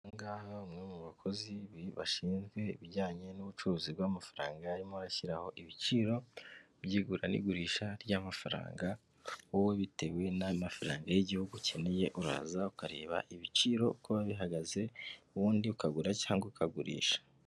Ahangaha umwe mu bakozi bashinzwe ibijyanye n'ubucuruzi bw'amafaranga arimo ashyiraho ibiciro by'igura n'igurisha ry'amafaranga wowe bitewe n'a mafaranga y'igihugu ukeneye uraza ukareba ibiciro uko bihagaze, ubundi ukagura cyangwa ukagurisha.